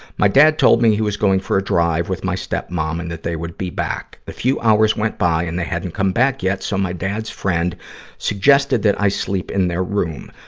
my dad told me he was going for a drive with my stepmom and that they would be back. a few hours went by, and they hadn't come back yet, so my dad's friend suggested that i sleep in their room.